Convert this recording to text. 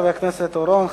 חבר הכנסת אורון,